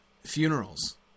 funerals